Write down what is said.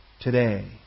today